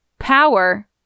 power